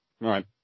Right